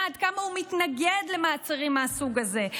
עד כמה הוא מתנגד למעצרים מהסוג הזה,